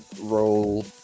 roll